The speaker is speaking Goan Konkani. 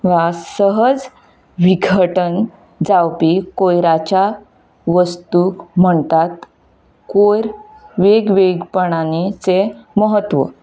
वा सहज विरगटन जावपी कयराच्या वस्तूंक म्हणटात कयर वेग वेगपणानी म्हत्व